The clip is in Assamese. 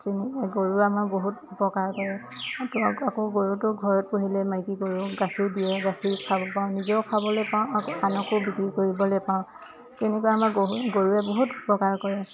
তেনেকৈ গৰুৱে আমাৰ বহুত উপকাৰ কৰে আকৌ গৰুটো ঘৰত পুহিলে মাইকী গৰু গাখীৰ দিয়ে গাখীৰ খাব পাওঁ নিজেও খাবলৈ পাওঁ আকৌ আনকো বিক্ৰী কৰিবলৈ পাওঁ তেনেকুৱা আমাৰ গৰু গৰুৱে বহুত উপকাৰ কৰে